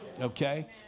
okay